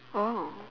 oh